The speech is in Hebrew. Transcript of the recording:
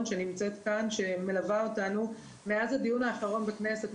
שנמצאת כאן ומלווה אותנו מאז הדיון האחרון בכנסת.